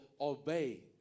obey